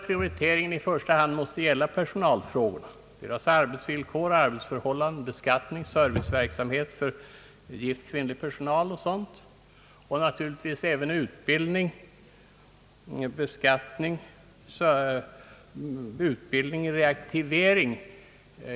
Prioriteringen torde i första hand böra gälla personalfrågor — arbetsvillkor, arbetsförhållanden, beskattning, serviceverksamhet för gift kvinnlig personal och naturligtvis även utbildning och reaktivering.